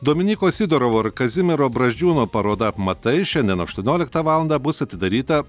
dominyko sidorovo ir kazimiero brazdžiūno paroda apmatai šiandien aštuonioliktą valandą bus atidaryta